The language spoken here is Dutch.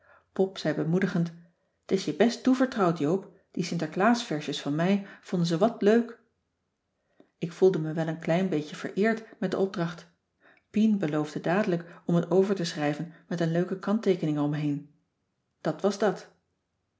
pop zei bemoedigend t is je best toevertrouwd joop die sinterklaasversjes van mij vonden ze wat leuk ik voelde me wel een klein beetje vereerd met de opdracht pien beloofde dadelijk om het over te schrijven met een leuke kantteekening erom heen dat was dat